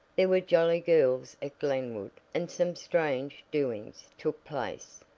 there were jolly girls at glenwood, and some strange doings took place,